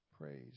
Praise